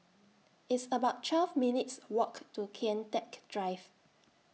It's about twelve minutes' Walk to Kian Teck Drive